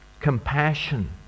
compassion